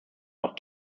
auch